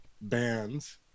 bands